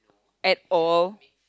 at all